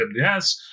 aws